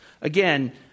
Again